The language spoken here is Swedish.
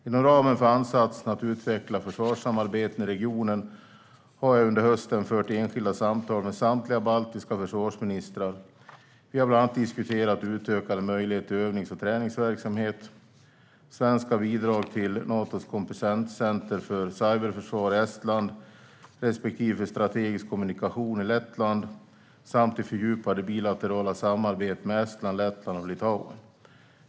Inom ramen för ansatsen att utveckla försvarssamarbeten i regionen har jag under hösten fört enskilda samtal med samtliga baltiska försvarsministrar. Vi har bland annat diskuterat utökade möjligheter till övnings och träningsverksamhet samt svenska bidrag till Natos kompetenscenter för cyberförsvar i Estland respektive strategisk kommunikation i Lettland och till fördjupade bilaterala samarbeten med Estland, Lettland och Litauen.